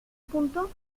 punto